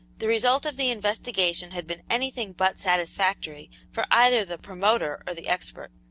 the result of the investigation had been anything but satisfactory for either the promoter or the expert.